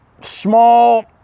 small